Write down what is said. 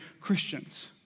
Christians